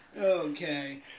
Okay